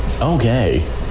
Okay